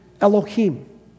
Elohim